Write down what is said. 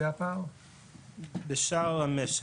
לשאר המשק,